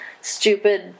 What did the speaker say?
stupid